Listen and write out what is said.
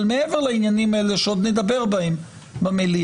אבל מעבר לעניינים האלה שעוד נדבר בהם במליאה,